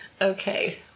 Okay